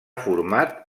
format